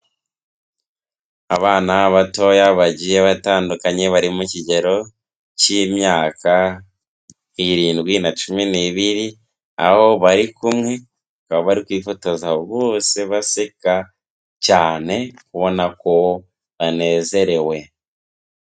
Abana batoya bagiye batandukanye bari mu kigero cy'imyaka irindwi na cumi n'ibiri, aho barikumwe bari kwifotoza bose baseka cyane kubona ko banezerewe.